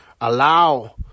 allow